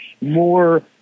more